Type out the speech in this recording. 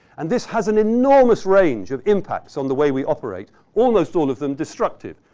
and this has an enormous range of impacts on the way we operate, almost all of them destructive.